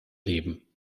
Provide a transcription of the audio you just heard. leben